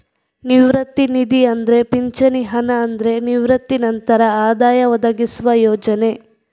ನಿವೃತ್ತಿ ನಿಧಿ ಅಂದ್ರೆ ಪಿಂಚಣಿ ಹಣ ಅಂದ್ರೆ ನಿವೃತ್ತಿ ನಂತರ ಆದಾಯ ಒದಗಿಸುವ ಯೋಜನೆ